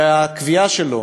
והקביעה שלו